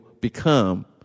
become